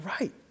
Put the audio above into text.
right